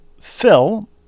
Phil